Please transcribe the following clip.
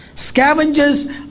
Scavengers